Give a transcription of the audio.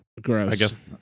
Gross